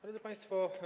Drodzy Państwo!